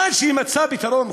עד שיימצא פתרון,